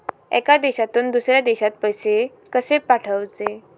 एका देशातून दुसऱ्या देशात पैसे कशे पाठवचे?